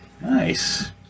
Nice